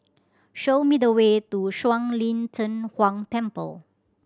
show me the way to Shuang Lin Cheng Huang Temple